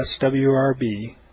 swrb